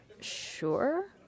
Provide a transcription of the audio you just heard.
sure